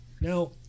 Now